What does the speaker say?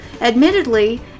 Admittedly